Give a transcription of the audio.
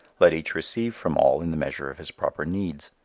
let each receive from all in the measure of his proper needs.